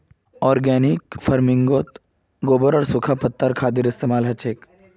organic फर्मिन्गोत गोबर आर सुखा पत्ता से बनाल खादेर इस्तेमाल होचे